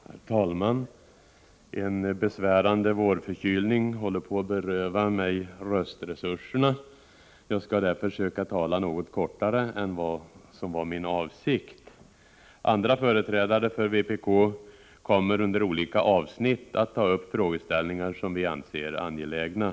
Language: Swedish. Herr talman! En besvärande vårförkylning håller på att beröva mig röstresurserna. Jag skall därför söka göra mitt anförande något kortare än vad som var min avsikt. Andra företrädare för vpk kommer under olika avsnitt att ta upp frågeställningar som vi anser angelägna.